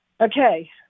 Okay